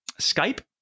skype